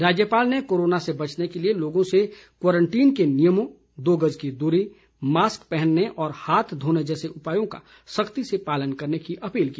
राज्यपाल ने कोरोना से बचने के लिए लोगों से क्वारंटीन के नियमों दो गज की दूरी मास्क पहनने और हाथ धोने जैसे उपायों का सख्ती से पालन करने की अपील की